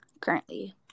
currently